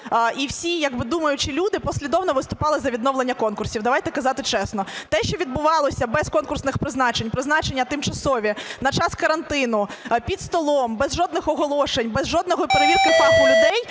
як би думаючі люди послідовно виступали за відновлення конкурсів. Давайте казати чесно, те, що відбувалось без конкурсних призначень – призначення тимчасові на час карантину, "під столом", без жодних оголошень, без жодної перевірки фаху людей